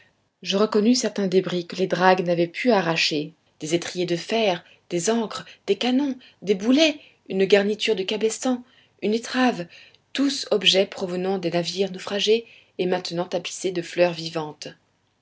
je reconnus certains débris que les dragues n'avaient pu arracher des étriers de fer des ancres des canons des boulets une garniture de cabestan une étrave tous objets provenant des navires naufragés et maintenant tapissés de fleurs vivantes